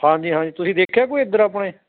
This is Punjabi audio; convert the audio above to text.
ਹਾਂਜੀ ਹਾਂਜੀ ਤੁਸੀਂ ਦੇਖਿਆ ਕੋਈ ਇੱਧਰ ਆਪਣੇ